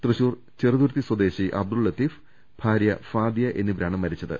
തൃശൂർ ചെറുതുരുത്തി സ്വദേശി അബ്ദുൾ ലത്തീഫ് ഭാരൃ ഫാദിയ എന്നിവരാണ് മരിച്ചത്